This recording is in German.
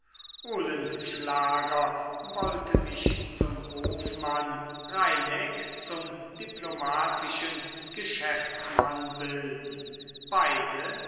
olenschlager wollte mich zum hofmann reineck zum diplomatischen geschäftsmann bilden beide